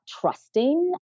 trusting